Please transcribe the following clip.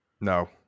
No